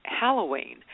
Halloween